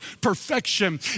perfection